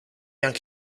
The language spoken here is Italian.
anche